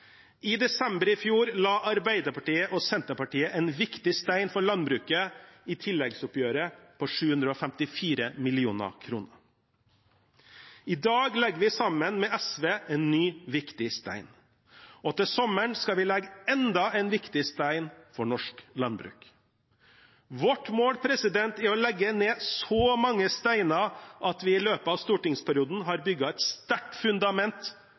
I desember i fjor la Arbeiderpartiet og Senterpartiet en viktig stein for landbruket i tilleggsoppgjøret på 754 mill. kr. I dag legger vi, sammen med SV, en ny, viktig stein, og til sommeren skal vi legge enda en viktig stein for norsk landbruk. Vårt mål er å legge ned så mange steiner at vi i løpet av stortingsperioden har bygd et sterkt fundament